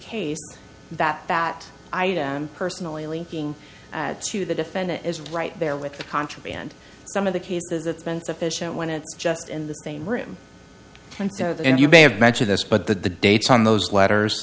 case that that i personally linking to the defendant is right there with the contraband some of the cases it's been sufficient when it's just in the same room to and you may have mentioned this but the dates on those letters